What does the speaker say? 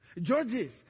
Judges